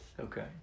okay